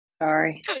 Sorry